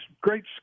great